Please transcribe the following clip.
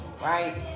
right